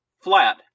flat